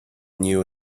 new